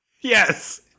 yes